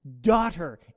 Daughter